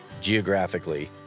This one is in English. geographically